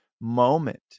moment